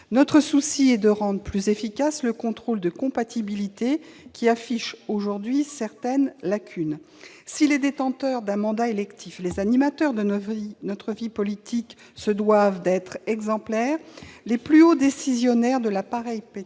Notre souci est de rendre plus efficace le contrôle de compatibilité qui affiche aujourd'hui certaines lacunes. Si les détenteurs d'un mandat électif, les animateurs de notre vie politique, se doivent d'être exemplaires, les plus hauts décisionnaires de l'appareil étatique,